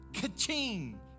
ka-ching